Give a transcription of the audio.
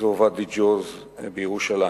באזור ואדי-ג'וז בירושלים.